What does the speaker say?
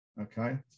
Okay